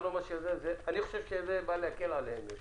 אני חושב שזה בא להקל עליהם.